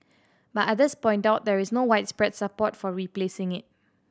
but others point out there is no widespread support for replacing it